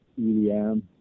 EDM